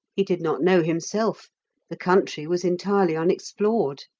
he did not know himself the country was entirely unexplored.